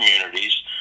communities